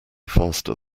faster